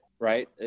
right